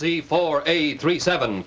the four eight three seven